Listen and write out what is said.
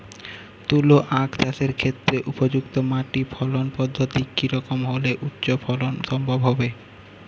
তুলো আঁখ চাষের ক্ষেত্রে উপযুক্ত মাটি ফলন পদ্ধতি কী রকম হলে উচ্চ ফলন সম্ভব হবে?